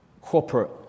corporate